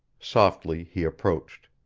softly he approached.